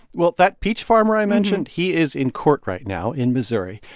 well, that peach farmer i mentioned he is in court right now in missouri.